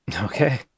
Okay